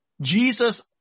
Jesus